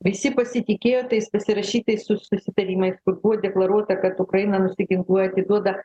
visi pasitikėjo tais pasirašytais susitarimais kur buvo deklaruota kad ukraina nusiginkluoja atiduoda